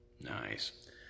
Nice